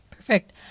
Perfect